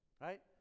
right